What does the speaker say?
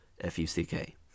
F-U-C-K